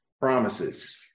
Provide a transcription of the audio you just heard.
promises